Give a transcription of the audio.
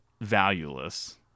valueless